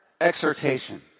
exhortation